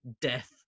Death